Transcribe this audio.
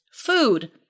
food